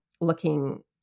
looking